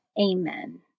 Amen